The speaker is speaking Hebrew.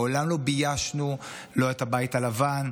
מעולם לא ביישנו לא את הבית הלבן,